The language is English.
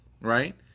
right